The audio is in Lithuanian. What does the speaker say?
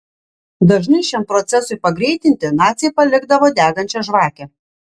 dažnai šiam procesui pagreitinti naciai palikdavo degančią žvakę